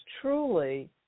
truly